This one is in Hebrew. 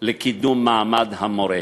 לקידום מעמד המורה.